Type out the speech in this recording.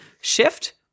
shift